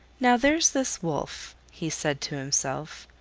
now, there's this wolf, he said to himself,